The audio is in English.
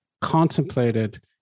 contemplated